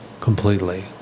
completely